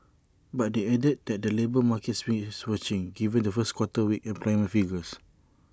but they added that the labour markets bears watching given the first quarter's weak employment figures